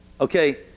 Okay